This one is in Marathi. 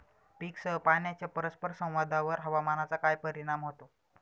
पीकसह पाण्याच्या परस्पर संवादावर हवामानाचा काय परिणाम होतो?